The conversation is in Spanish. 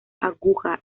aguja